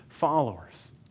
followers